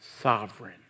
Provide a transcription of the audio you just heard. sovereign